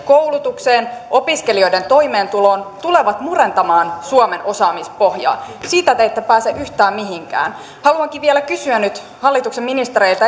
koulutukseen ja opiskelijoiden toimeentuloon tulevat murentamaan suomen osaamispohjaa siitä te ette pääse yhtään mihinkään haluankin vielä kysyä nyt hallituksen ministereiltä